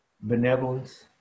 benevolence